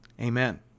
Amen